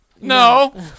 No